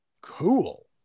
Cool